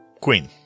Queen